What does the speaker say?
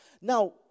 Now